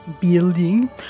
Building